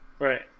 Right